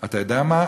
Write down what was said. אתה יודע מה?